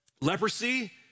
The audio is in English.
Leprosy